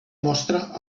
mostra